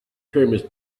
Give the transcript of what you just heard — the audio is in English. pyramids